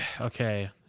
okay